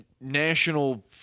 national